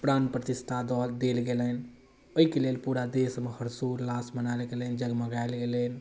प्राण प्रतिष्ठा दऽ देल गेलनि ओहिके लेल पूरा देशमे हर्षोल्लास मनाएल गेलनि जगमगाएल गेलनि